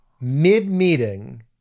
mid-meeting